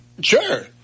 sure